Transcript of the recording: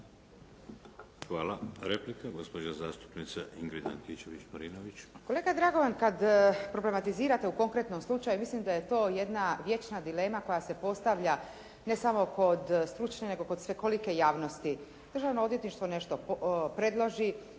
Hvala. Replika, gospođa zastupnica Ingrid Antičević-Marinović. **Antičević Marinović, Ingrid (SDP)** Kolega Dragovan kada problematizirate u konkretnom slučaju, ja mislim da je to jedna vječna dilema koja se postavlja ne samo kod stručne nego kod svekolike javnosti. Državno odvjetništvo nešto predloži,